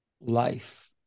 life